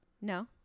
no